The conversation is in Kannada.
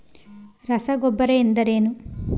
ರಸಗೊಬ್ಬರ ಎಂದರೇನು?